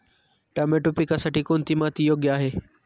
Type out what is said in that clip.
Tomato पिकासाठी कोणती माती योग्य आहे?